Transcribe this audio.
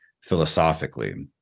philosophically